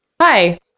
hi